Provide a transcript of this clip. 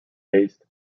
based